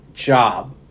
job